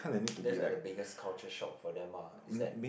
that's like the biggest culture shock for them uh is that